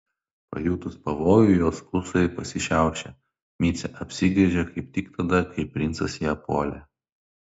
pajutus pavojų jos ūsai pasišiaušė micė apsigręžė kaip tik tada kai princas ją puolė